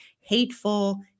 hateful